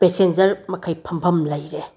passenger ꯃꯈꯩ ꯐꯝꯐꯝ ꯂꯩꯔꯦ